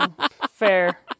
Fair